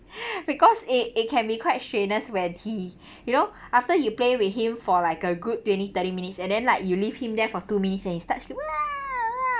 because it it can be quite strenuous when he you know after you play with him for like a good twenty thirty minutes and then like you leave him there for two minutes and he start scream !wah! !wah!